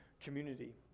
community